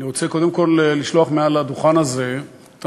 אני רוצה קודם כול לשלוח מעל הדוכן הזה תנחומים